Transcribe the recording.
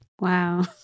Wow